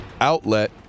outlet